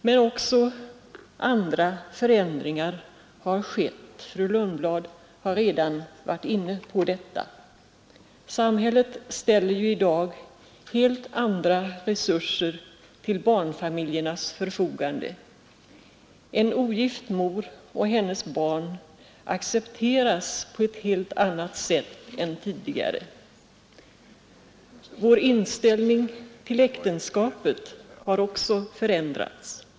Men också andra förändringar har skett. Fru Lundblad har redan talat om detta. Samhället ställer i dag helt andra resurser till barnfamiljernas förfogande. En ogift mor och hennes barn accepteras på ett helt annat sätt än tidigare. Vår inställning till äktenskapet har också förändrats.